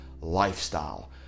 lifestyle